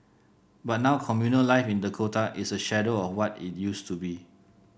but now communal life in Dakota is a shadow of what it used to be